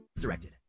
Directed